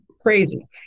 Crazy